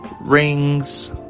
rings